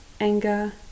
anger